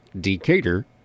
Decatur